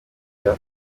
bya